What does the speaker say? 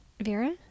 Vera